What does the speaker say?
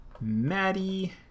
Maddie